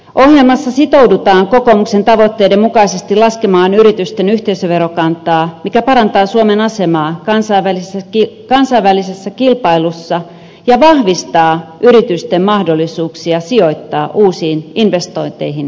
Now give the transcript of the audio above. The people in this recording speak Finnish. ohjelmassa sitoudutaan kokoomuksen tavoitteiden mukaisesti laskemaan yritysten yhteisöverokantaa mikä parantaa suomen asemaa kansainvälisessä kilpailussa ja vahvistaa yritysten mahdollisuuksia sijoittaa uusiin investointeihin ja työllistää